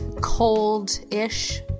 cold-ish